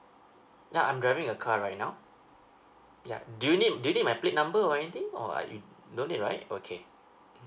ya I'm driving a car right now yeah do you need do you need my plate number or anything or are you no need right okay